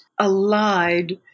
allied